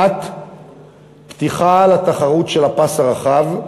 1. פתיחה לתחרות של הפס הרחב,